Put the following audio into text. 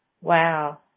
Wow